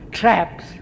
traps